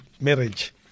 marriage